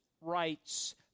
rights